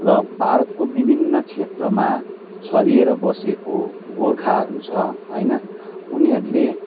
र भारतको विभिन्न क्षेत्रमा छरिएर बसेको गोर्खाहरू छ होइन उनीहरूले